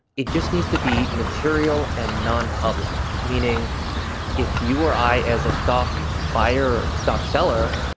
it just needs to be material and nonpublic. meaning if you or i, as a stock buyer or stock seller,